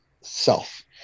self